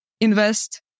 invest